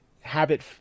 habit